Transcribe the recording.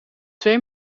twee